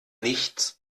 nichts